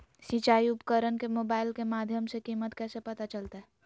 सिंचाई उपकरण के मोबाइल के माध्यम से कीमत कैसे पता चलतय?